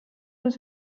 was